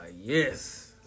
Yes